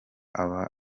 aba